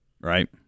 right